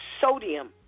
sodium